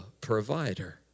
provider